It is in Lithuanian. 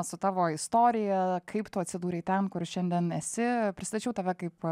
su tavo istorija kaip tu atsidūrei ten kur šiandien esi pristačiau tave kaip